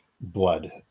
blood